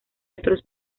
otros